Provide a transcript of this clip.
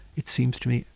it seems to me,